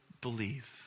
believe